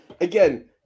again